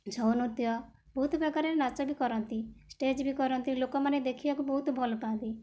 ଛଉ ନୃତ୍ୟ ବହୁତ ପ୍ରକାର ନାଚ ବି କରନ୍ତି ଷ୍ଟେଜ୍ ବି କରନ୍ତି ଲୋକମାନେ ଦେଖିବାକୁ ବହୁତ ଭଲ ପାଆନ୍ତି